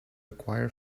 acquire